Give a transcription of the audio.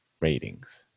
ratings